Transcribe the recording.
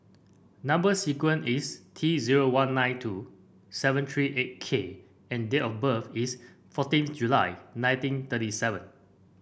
number sequence is T zero one nine two seven three eight K and date of birth is fourteen July nineteen thirty seven